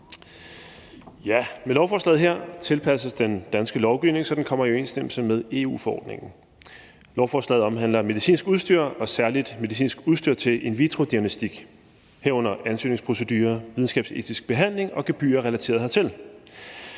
med lovforslaget her tilpasses den danske lovgivning, så den kommer i overensstemmelse med EU-forordningen. Lovforslaget omhandler medicinsk udstyr og særlig medicinsk udstyr til in vitro-diagnostik, herunder ansøgningsprocedurer, videnskabsetisk behandling og gebyrer relateret hertil.